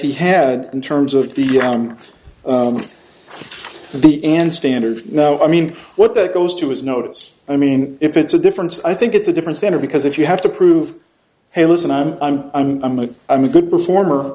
he had in terms of the young the end standard now i mean what that goes to his notice i mean if it's a difference i think it's a different standard because if you have to prove hey listen i'm i'm i'm i'm a i'm a good performer